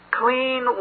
clean